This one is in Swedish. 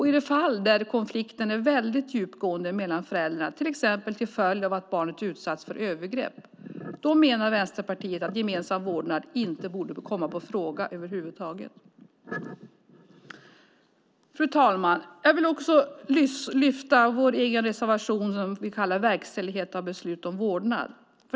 I de fall där konflikten är väldigt djupgående mellan föräldrarna, till exempel till följd av att barnet utsatts för övergrepp, menar Vänsterpartiet att gemensam vårdnad inte borde komma i fråga över huvud taget. Fru talman! Jag vill också lyfta fram vår egen reservation om verkställighet av beslut om vårdnad.